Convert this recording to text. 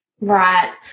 Right